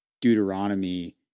Deuteronomy